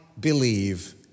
believe